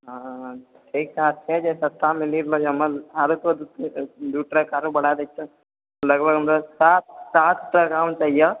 हँ ठीक ठाक छै जे सस्तामे मिल रहल छै आरो दू ट्रक आरो बढ़ाए दै छिऐ लगभग हमरा सात सात ट्रक आम चाहिए